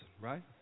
right